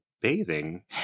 bathing